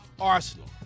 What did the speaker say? Arsenal